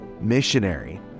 missionary